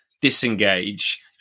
disengage